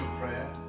prayer